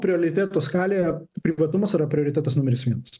prioritetų skalėje privatumas yra prioritetas numeris vienas